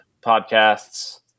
podcasts